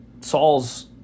Saul's